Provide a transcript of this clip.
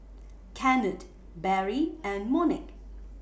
Kennard Barry and Monique